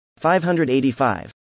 585